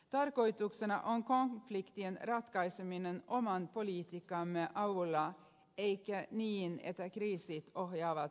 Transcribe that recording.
tarkoituksena on konfliktien ratkaiseminen oman politiikkamme avulla eikä niin että kriisit ohjaavat politiikkaamme